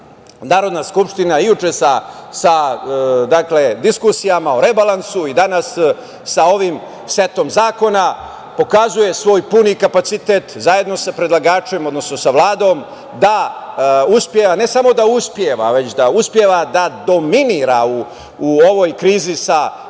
Narodna skupštine juče sa diskusijama o rebalansu i danas sa ovim setom zakona pokazuje svoj puni kapacitet zajedno sa predlagačem, odnosno sa Vladom da uspeva, ne samo da uspeva, već da uspeva da dominira u ovoj krizi sa